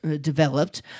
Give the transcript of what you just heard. developed